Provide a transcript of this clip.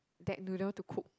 that noodle to cook